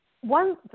one